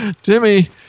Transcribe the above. Timmy